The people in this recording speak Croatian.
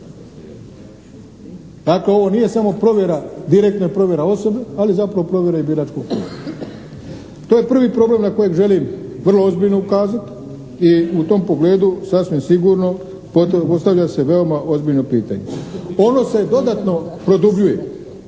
Dakle, ovo nije samo provjera, direktno je provjera osobe ali zapravo i provjera biračkog tijela. To je prvi problem na kojeg želim vrlo ozbiljno ukazati i u tom pogledu sasvim sigurno postavlja se veoma ozbiljno pitanje. Ono se dodatno produbljuje